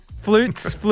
Flutes